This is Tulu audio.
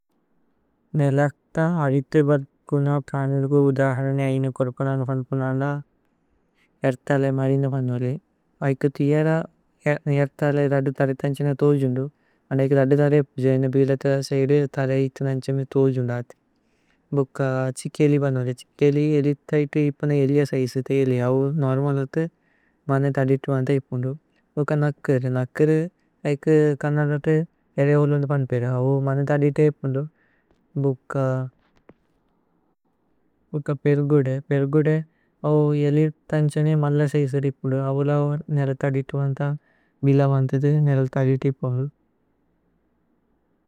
നേലര്ത അദിത് ബര്കുന പ്രനുര്ഗു ഉദഹരനേ ഐന കോര്പനന പന്പുനന്ദ ഏര്ഥലേ മരിന പന്മുലേ। ഐക തിഅര ഏര്ഥലേ രദ ഥല തന്ഛന തോജുന്ദു। അന്ദൈക രദ ഥല ജൈന ബിലത സൈദു ഥല। ഇത്ത തന്ഛന തോജുന്ദു അഥി ഭുക ഛിഖേലി। പന്മുലേ ഛ്ഹിഖേലി ഏലിത്ഥൈതു ഇപുന ഏലിഅ സൈജിത। ഏലിഅ ഔ നോര്മലതു മന്ന ഥദിതു വന്ത ഇപുന്ദു। ഭുക നക്കരു നക്കരു ഐക കനലതു ഏരഹോലു। ഉന്ത പന്പേദ ഔ മന്ന ഥദിതു ഇപുന്ദു ഭുക। ഭുക പേര്ഗുദേ പേര്ഗുദേ ഔ ഏലിര് തന്ഛനേ। മന്ന സൈജിത ഇപുന്ദു। അവല നേലത ഥദിതു। വന്ത ഭില വന്തദു നേലത ഥദിതു ഇപുന്ദു।